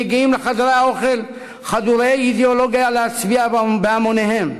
אידיאולוגיה שמגיעים לחדרי האוכל להצביע בהמוניהם.